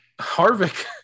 harvick